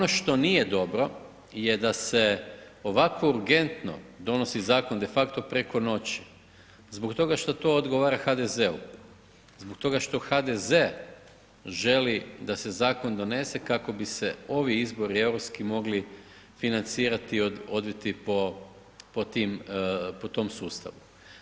Ono što nije dobro je da se ovako urgentno donosi zakon de facto preko noći zbog toga što to odgovara HDZ-u, zbog toga što HDZ-e želi da se zakon donese kako bi se ovi izbori europski mogli financirati i odviti po tom sustavu.